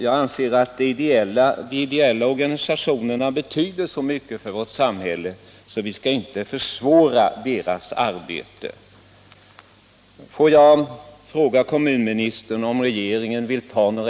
Jag anser att de ideella organisationerna är så värdefulla för vårt samhälle att vi inte skall försvåra deras arbete.